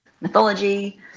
mythology